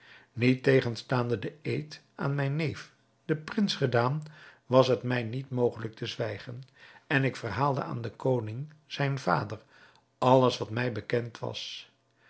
niettegenstaande den eed aan mijn neef den prins gedaan was het mij niet mogelijk te zwijgen en ik verhaalde aan den koning zijn vader alles wat mij bekend was